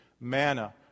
Manna